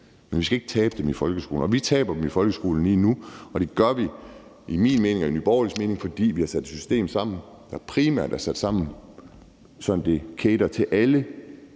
Men vi skal ikke tabe dem i folkeskolen, og vi taber dem i folkeskolen lige nu. Det gør vi efter min mening og efter Nye Borgerliges mening, fordi vi har sat et system sammen, der primært er sat sådan sammen, at det cater til alle